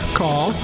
call